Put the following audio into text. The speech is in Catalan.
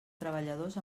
treballadors